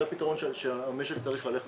זה הפתרון שהמשק צריך ללכת אליו.